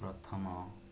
ପ୍ରଥମ